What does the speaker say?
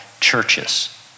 churches